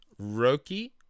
Roki